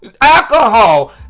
alcohol